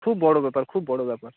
খুব বড় ব্যাপার খুব বড় ব্যাপার